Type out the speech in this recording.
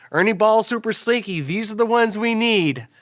ernie balls super slinky, these are the ones we need.